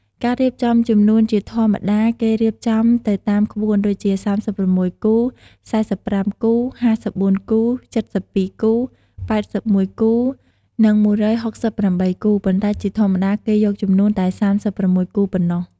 ការរៀបចំជំនូនជាធម្មតាគេរៀបចំទៅតាមក្បួន ដូចជា ៣៦គូ ៤៥គូ ៥៤គូ ៧២គូ ៨១គូ និង១៦៨គូ ប៉ុន្តែជាធម្មតាគេយកជំនូនតែ៣៦គូប៉ុណ្ណោះ។